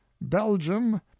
belgium